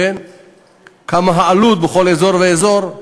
מה העלות בכל אזור ואזור.